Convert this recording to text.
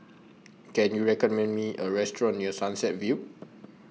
Can YOU recommend Me A Restaurant near Sunset View